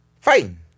fighting